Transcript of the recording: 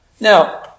Now